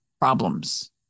problems